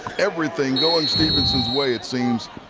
everything going stephenson's way it seem,